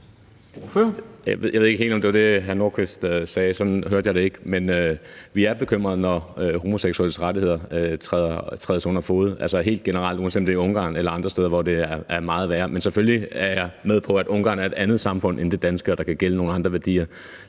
Jeg ved ikke helt, om det var det, hr. Nordqvist sagde; sådan hørte jeg det ikke. Men vi er bekymrede helt generelt, når homoseksuelles rettigheder trædes under fode, uanset om det er i Ungarn eller andre steder, hvor det er meget værre. Og selvfølgelig er jeg med på, at Ungarn er et andet samfund end det danske, og at der kan gælde nogle andre værdier,